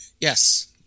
Yes